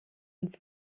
uns